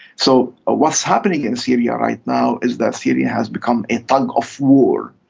so ah what's happening in syria right now is that syria has become a tug-of-war.